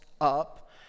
up